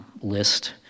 List